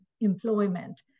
employment